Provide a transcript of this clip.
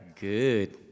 Good